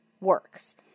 works